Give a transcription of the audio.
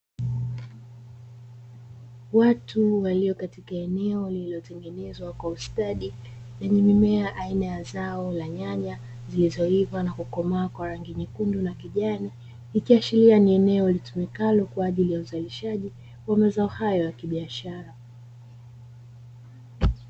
Watu walio katika eneo lililotengenezwa kwa ustadi lenye mimea aina ya zao la nyanya, zilizoiva na kukomaa kwa rangi nyekundu na kijani, ikiashiria ni eneo litumikalo kwa ajili ya uzalishaji wa mazao hayo ya kibiashara.